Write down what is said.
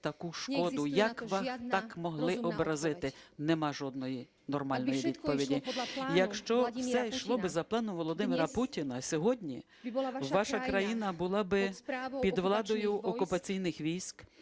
як вас так могли образити? Немає жодної нормальної відповіді. Якщо все йшло би за планом Володимира Путіна, сьогодні ваша країна була би під владою окупаційних військ,